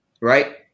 Right